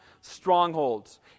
strongholds